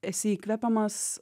esi įkvepiamas